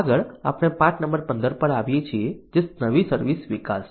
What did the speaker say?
આગળ આપણે પાઠ નંબર 15 પર આવીએ છીએ જે નવી સર્વિસ વિકાસ છે